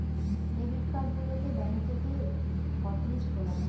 debit card গুলোকে bank থেকে hotlist করা যায়